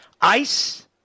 ICE